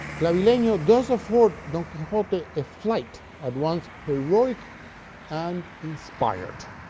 clavileno does afford don quixote a flight at once heroic and inspired.